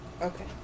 Okay